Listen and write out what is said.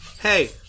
Hey